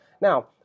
Now